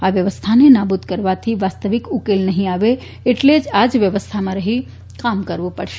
આ વ્યવસ્થાને નાબૂદ કરવાથી વાસ્તવિક ઉકેલ નહીં આવે એટલે આ જ વ્યવસ્થામાં રહીને કામ કર્વું પડશે